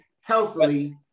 healthily